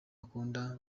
akunda